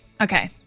okay